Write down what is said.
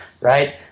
Right